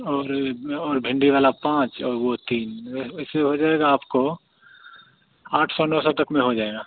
और में और भिंडी वाला पाँच और वह तीन ऐसे हो जाएगा आपको आठ सौ नौ सौ तक में हो जाएगा